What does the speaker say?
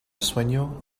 sueño